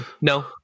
no